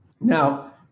Now